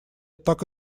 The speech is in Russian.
так